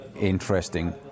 interesting